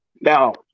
Now